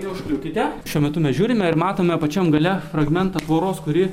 neužkliūkite šiuo metu mes žiūrime ir matome pačiam gale fragmentą tvoros kuri